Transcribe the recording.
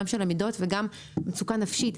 גם של המידות וגם מצוקה נפשית.